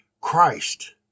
Christ